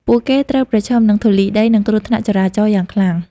ពួកគេត្រូវប្រឈមនឹងធូលីដី និងគ្រោះថ្នាក់ចរាចរណ៍យ៉ាងខ្លាំង។